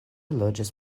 loĝas